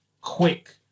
quick